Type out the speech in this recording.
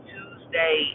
Tuesday